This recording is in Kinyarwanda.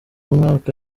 mwaka